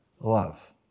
love